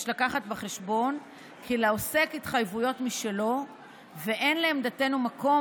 יש להביא בחשבון כי לעוסק התחייבויות משלו ואין לעמדתנו מקום